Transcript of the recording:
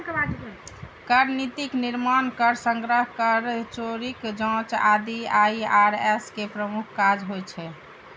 कर नीतिक निर्माण, कर संग्रह, कर चोरीक जांच आदि आई.आर.एस के प्रमुख काज होइ छै